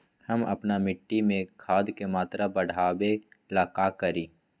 हम अपना मिट्टी में खाद के मात्रा बढ़ा वे ला का करी?